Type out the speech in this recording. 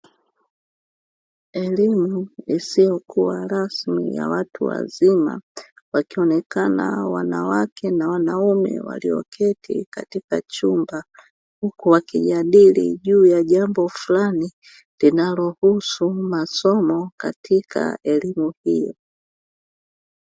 Elimu isiyo kuwa rasmi ya watu wazima, wakionekana wanawake na wanaume walioketi katika chumba, huku wakijadili juu ya jambo fulani linalohusu masomo katika elimu hiyo.